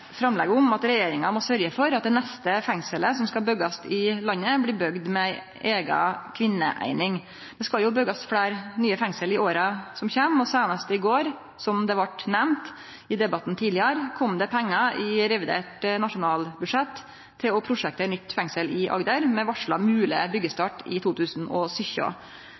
framlegg om at regjeringa må sørgje for at det neste fengselet som skal byggjast i landet, blir bygd med ei eiga kvinneeining. Det skal jo byggjast fleire nye fengsel i åra som kjem, og seinast i går – som det vart nemnt i debatten tidlegare – kom det pengar i revidert nasjonalbudsjett til å prosjektere nytt fengsel i Agder, med varsla mogleg byggjestart i 2017.